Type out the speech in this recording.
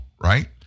right